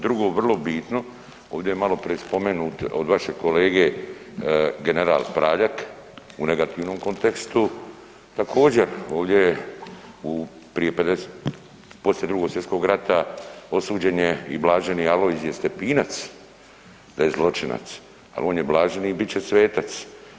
Drugo vrlo bitno, ovdje je maloprije spomenut od vašeg kolege general Praljak u negativnom kontekstu, također je ovdje poslije Drugog svjetskog rata osuđen je i blaženi Alojzije Stepinac da je zločinac, ali on je blaženi i bit će svetac.